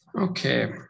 Okay